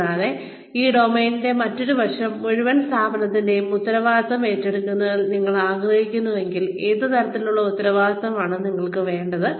കൂടാതെ ഈ ഡൊമെയ്നിന്റെ മറ്റൊരു വശം മുഴുവൻ സ്ഥാപനത്തിന്റെയും ഉത്തരവാദിത്തം ഏറ്റെടുക്കാൻ നിങ്ങൾ ആഗ്രഹിക്കുന്നുവെങ്കിൽ ഏത് തലത്തിലുള്ള ഉത്തരവാദിത്തമാണ് നിങ്ങൾക്ക് വേണ്ടത്